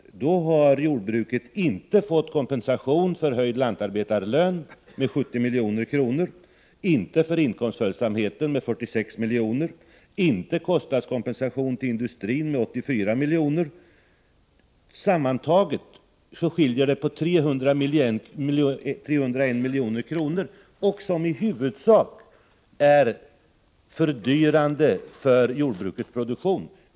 I dag har jordbruket inte fått kompensation för höjda lantarbetarlöner med 70 milj.kr., inte kompensation med hänsyn till inkomstföljsamheten med 46 milj.kr., inte kostnadskompensation när det gäller industrin med 84 milj.kr. Sammantaget skiljer det på 301 milj.kr., och det är i huvudsak fråga om sådant som är fördyrande för jordbrukets produktion.